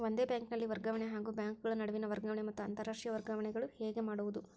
ಒಂದೇ ಬ್ಯಾಂಕಿನಲ್ಲಿ ವರ್ಗಾವಣೆ ಹಾಗೂ ಬ್ಯಾಂಕುಗಳ ನಡುವಿನ ವರ್ಗಾವಣೆ ಮತ್ತು ಅಂತರಾಷ್ಟೇಯ ವರ್ಗಾವಣೆಗಳು ಹೇಗೆ ಮಾಡುವುದು?